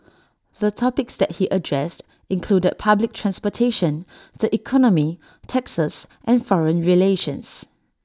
the topics that he addressed included public transportation the economy taxes and foreign relations